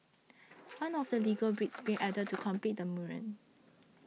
one of the Lego bricks being added to complete the mural